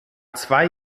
zwei